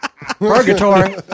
Purgatory